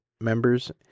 members